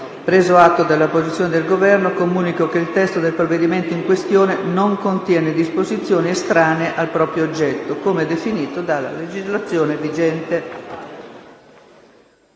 preso atto della posizione del Governo, comunico che il testo del provvedimento in questione non contiene disposizioni estranee al proprio oggetto, come definito dalla legislazione vigente.